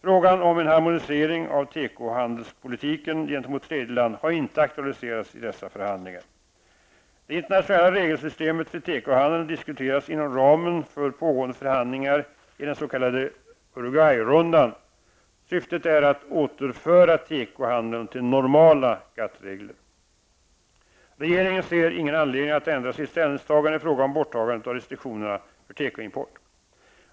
Frågan om en harmonisering av tekohandelspolitiken gentemot tredje land har inte aktualiserats i dessa förhandlingar. Det internationella regelsystemet för tekohandeln diskuteras inom ramen för pågående förhandlingar i den s.k. Uruguay-rundan. Syftet är att återföra tekohandeln till normala GATT-regler. Regeringen ser ingen anledning att ändra sitt ställningstagande i fråga om borttagande av restriktionerna för tekoimport.